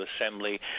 Assembly